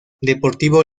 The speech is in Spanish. deportivo